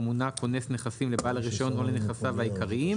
מונה כונס נכסים לבעל הרישיון או לנכסיו העיקריים,